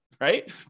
Right